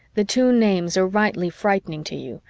the two names are rightly frightening to you,